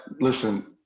Listen